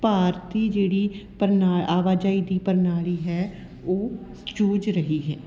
ਭਾਰਤੀ ਜਿਹੜੀ ਪ੍ਰਣਾ ਆਵਾਜਾਈ ਦੀ ਪ੍ਰਣਾਲੀ ਹੈ ਉਹ ਜੂਝ ਰਹੀ ਹੈ